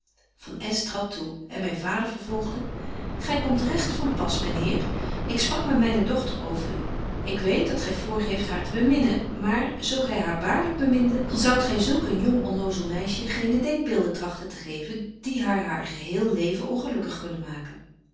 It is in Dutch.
s tradt toe en myn vader vervolgde gy komt regt van pas myn heer ik sprak met myne dochter over u ik weet dat gy voorgeeft haar te beminnen maar zo gy haar waarlyk beminde dan zoudt gy zulk een jong onnozel meisje geene denkbeelden tragten te geven die haar haar geheel leven ongelukkig kunnen maken